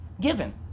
given